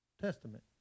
Testament